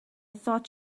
thought